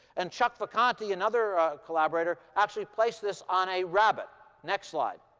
and chuck vicante, another collaborator, actually placed this on a rabbit. next slide